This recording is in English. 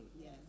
Yes